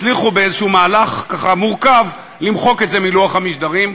הצליחו באיזה מהלך ככה מורכב למחוק את זה מלוח המשדרים.